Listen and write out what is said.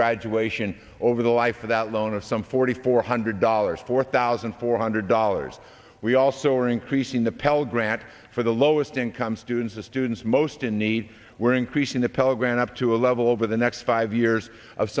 graduation over the life of that loan of some forty four hundred dollars four thousand four hundred dollars we also are increasing the pell grants for the lowest income students the students most in need we're increasing the pell grant up to a level over the next five years of